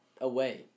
away